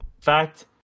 fact